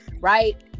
right